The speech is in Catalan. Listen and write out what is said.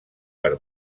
per